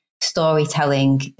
storytelling